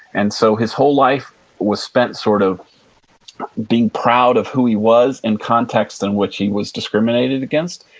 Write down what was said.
and so his whole life was spent sort of being proud of who he was in context in which he was discriminated against.